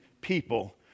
people